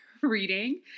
reading